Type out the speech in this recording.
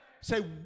Say